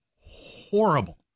horrible